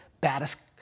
baddest